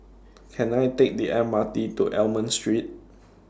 Can I Take The M R T to Almond Street